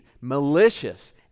malicious